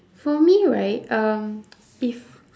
for me right um if